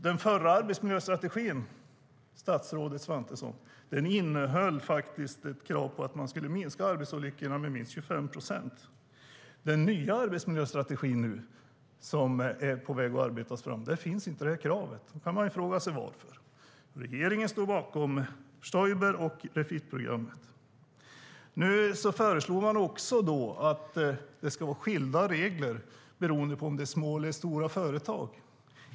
Den förra arbetsmiljöstrategin, statsrådet Svantesson, innehöll faktiskt ett krav på att man skulle minska arbetsolyckorna med minst 25 procent. I den nya arbetsmiljöstrategin, som är på väg att arbetas fram, finns inte det här kravet. Man kan fråga sig: Varför? Regeringen står bakom Stoiber och Refit-programmet. Nu föreslår man också att det ska vara skilda regler beroende på om det är små eller stora företag.